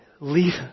leave